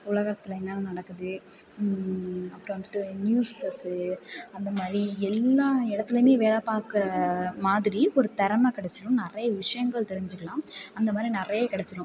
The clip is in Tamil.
உலகத்தில் என்ன என்ன நடக்குது அப்புறம் வந்துட்டு நியூசஸ்ஸு அந்த மாதிரி எல்லா இடத்துலேயுமே வேலை பார்க்குற மாதிரி ஒரு திறமை கெடைச்சுரும் நிறைய விஷயங்கள் தெரிஞ்சுக்கலாம் அந்த மாதிரி நிறைய கெடைச்சுரும்